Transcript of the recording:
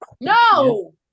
no